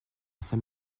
saint